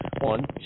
one